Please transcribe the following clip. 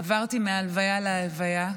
עברתי מהלוויה להלוויה,